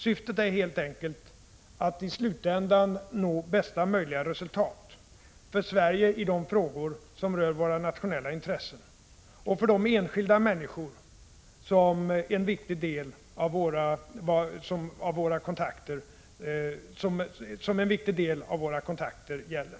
Syftet är helt enkelt att i slutändan nå bästa möjliga resultat för Sverige i de frågor som rör våra nationella intressen och för de enskilda människor som en viktig del av våra kontakter gäller.